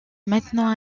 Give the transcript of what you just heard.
maintenant